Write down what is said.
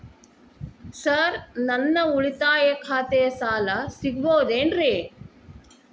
Sir ನನ್ನ ಉಳಿತಾಯ ಖಾತೆಯ ಸಾಲ ಸಿಗಬಹುದೇನ್ರಿ?